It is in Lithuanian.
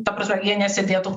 ta prasme jie nesėdėtų